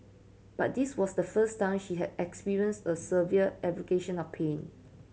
but this was the first time she had experienced a severe aggravation of pain